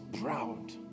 proud